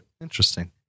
Interesting